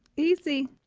easy.